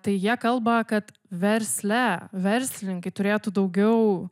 tai jie kalba kad versle verslininkai turėtų daugiau